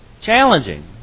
challenging